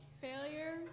Failure